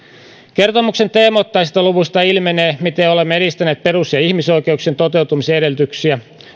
kertomuksen teemoittaisista luvuista ilmenee miten olemme edistäneet perus ja ihmisoikeuksien toteutumisen edellytyksiä